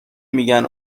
میگن